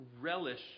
relish